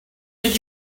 did